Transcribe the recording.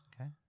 Okay